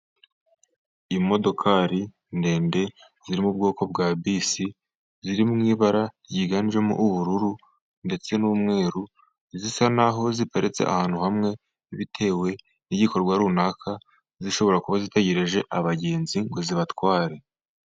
Imodokari ndende ziri mu bwoko bwa bisi ziri mu ibara ryiganjemo ubururu ndetse n'umweru, zisa naho ziparitse ahantu hamwe bitewe n'igikorwa runaka, zishobora kuba zitegereje abagenzi ngo zibatware.